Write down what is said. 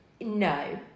No